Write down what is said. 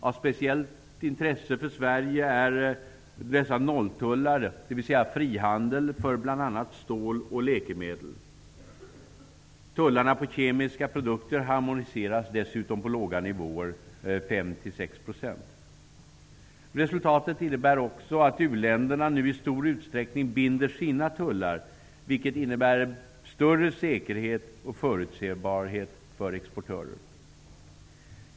Av speciellt intresse för Sverige är nolltullar, dvs. frihandel, för bl.a. stål och läkemedel. Tullarna på kemiska produkter harmoniseras dessutom på låga nivåer, på 5-- Resultatet innebär också att u-länderna nu i stor utsträckning binder sina tullar, vilket innebär större säkerhet och förutsebarhet för exportörer.